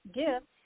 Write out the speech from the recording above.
gift